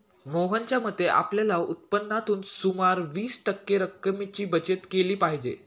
मोहनच्या मते, आपल्या उत्पन्नातून सुमारे वीस टक्के रक्कमेची बचत केली पाहिजे